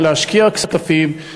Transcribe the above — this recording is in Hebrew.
להשקיע כספים,